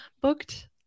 booked